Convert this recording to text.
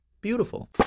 Beautiful